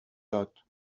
داد